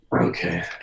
okay